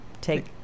take